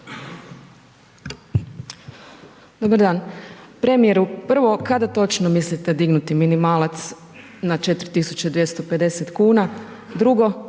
Dobar dan. Premijeru, prvo kada točno mislite dignuti minimalac na 4.250 kuna? Drugo,